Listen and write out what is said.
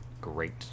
great